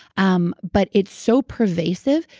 um but it's so pervasive.